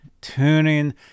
tuning